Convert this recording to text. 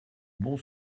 bon